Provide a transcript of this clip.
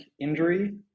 injury